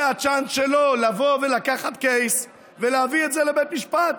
זה הצ'אנס שלו לבוא ולקחת קייס ולהביא את זה לבית משפט.